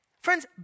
Friends